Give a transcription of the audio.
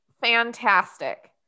fantastic